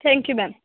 thank you ma'am